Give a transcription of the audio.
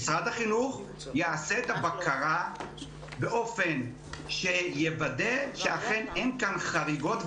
משרד החינוך יעשה את הבקרה באופן שיוודא שאכן אין כאן חריגות,